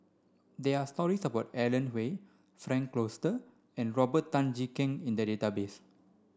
there are stories about Alan Oei Frank Cloutier and Robert Tan Jee Keng in the database